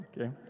Okay